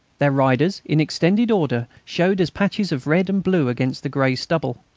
their riders, in extended order, showed as patches of red and blue against the grey stubble.